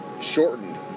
shortened